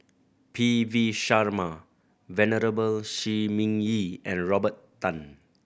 P V Sharma Venerable Shi Ming Yi and Robert Tan